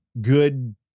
good